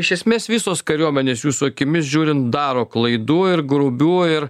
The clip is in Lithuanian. iš esmės visos kariuomenės jūsų akimis žiūrint daro klaidų ir grubių ir